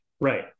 Right